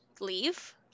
leave